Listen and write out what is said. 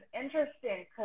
interesting